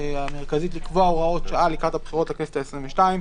המרכזית לקבוע הוראות שעה לקראת הבחירות לכנסת העשרים-ושתיים.